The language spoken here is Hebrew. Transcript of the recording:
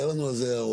היו לנו על זה הערות.